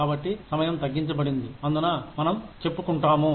కాబట్టి సమయం తగ్గించబడింది అందున మనం చెప్పుకుంటాము